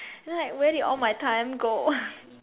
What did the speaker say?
then like where did all my time go